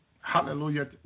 Hallelujah